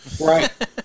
Right